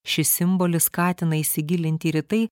šis simbolis skatina įsigilinti ir į tai